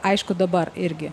aišku dabar irgi